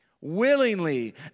willingly